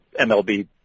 MLB